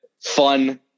fun